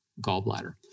gallbladder